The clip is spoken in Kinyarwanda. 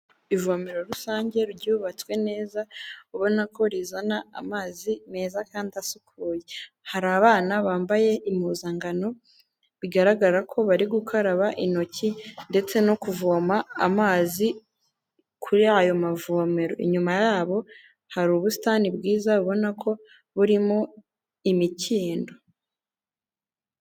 Ivomero rusange ryubatswe neza ubona ko rizana amazi meza kandi asukuye, hari abana bambaye impuzankano bigaragara ko bari gukaraba intoki ndetse no kuvoma amazi kuri ayo mavomero, inyuma yabo hari ubusitani bwiza ubona ko burimo imikindo.